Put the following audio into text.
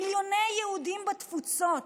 מיליוני יהודים בתפוצות,